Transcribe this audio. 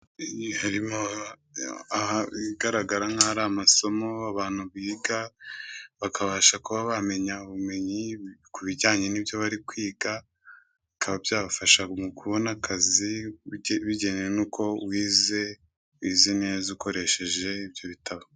Harimo ibigaragara nkaho amasomo abantu biga bakabasha kuba bamenyabumenyi ku bijyanye n'ibyo bari kwiga bikaba byabafasha mu kubona akazi bijyanwe n'uko wize wizi neza ukoresheje ibyo bitabo.